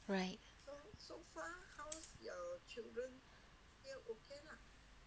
right